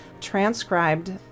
transcribed